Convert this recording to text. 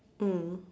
mm